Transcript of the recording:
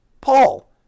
Paul